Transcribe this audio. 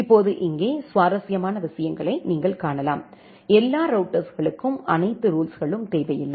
இப்போது இங்கே சுவாரஸ்யமான விஷயங்களை நீங்கள் காணலாம் எல்லா ரௌட்டர்ஸ்களுக்கும் அனைத்து ரூல்ஸுகளும் தேவையில்லை